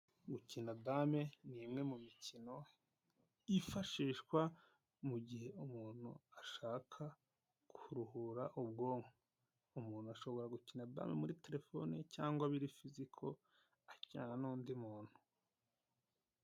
Gukina dame ni imwe mu mikino yifashishwa mu gihe umuntu ashaka kuruhura ubwonko, umuntu ashobora gukina dame muri telefone cyangwa biri fiziko akinana n'undi muntu.